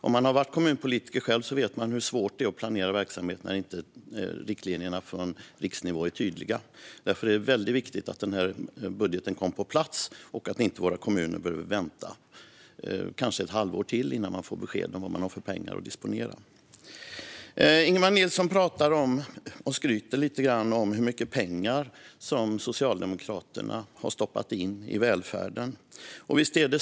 Om man har varit kommunpolitiker själv vet man hur svårt det är att planera verksamheter när inte riktlinjerna från riksnivå är tydliga. Därför är det viktigt att den här budgeten kommer på plats och att våra kommuner inte behöver vänta kanske ett halvår till innan man får besked om hur mycket pengar man har att disponera. Ingemar Nilsson skryter lite grann om hur mycket pengar som Socialdemokraterna har stoppat in i välfärden.